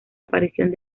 aparición